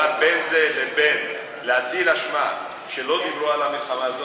אבל בין זה לבין להטיל אשמה שלא דיברו על המלחמה הזאת,